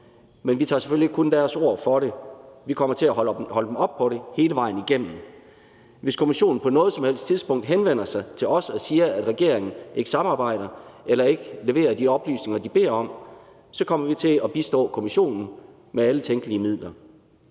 Men vi tager selvfølgelig ikke kun regeringens ord for det. Vi kommer til at holde den op på det hele vejen igennem. Hvis kommissionen på noget som helst tidspunkt henvender sig til os og siger, at regeringen ikke samarbejder eller ikke leverer de oplysninger, de beder om, kommer vi til at bistå kommissionen med alle tænkelige midler.